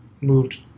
moved